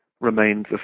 remains